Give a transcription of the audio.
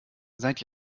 seit